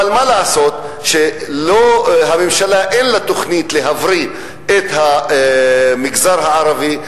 אבל מה לעשות שהממשלה אין לה תוכנית להבריא את המגזר הערבי,